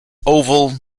oval